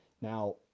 now